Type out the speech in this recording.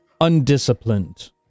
Undisciplined